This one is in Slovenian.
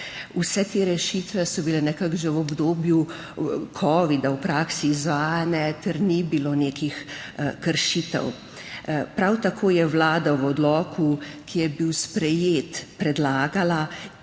Vse te rešitve so bile nekako že v obdobju covida v praksi izvajane in ni bilo nekih kršitev. Prav tako je Vlada v odloku, ki je bil sprejet, predlagala